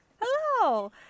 hello